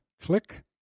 Click